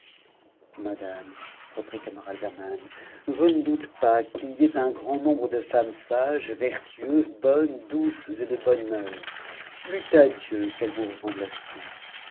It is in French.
reprit camaratzaman je ne doute pas qu'il n'y ait un t rand nombre de femmes sages vertueuses bonnes douces et de bonnes mœurs plût à dieu qu'ettes vous ressemblassent toutes